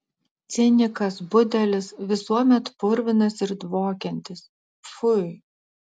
cinikas budelis visuomet purvinas ir dvokiantis pfui